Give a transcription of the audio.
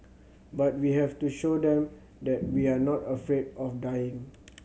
but we have to show them that we are not afraid of dying